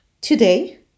today